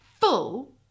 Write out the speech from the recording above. full